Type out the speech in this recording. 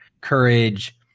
courage